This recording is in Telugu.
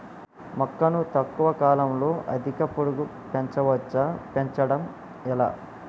మొక్కను తక్కువ కాలంలో అధిక పొడుగు పెంచవచ్చా పెంచడం ఎలా?